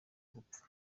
gupfa